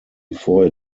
before